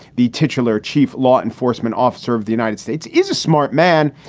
the titular chief law enforcement officer of the united states is a smart man,